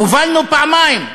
הובלנו פעמיים.